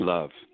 Love